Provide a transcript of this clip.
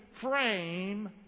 frame